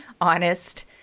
honest